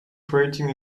creating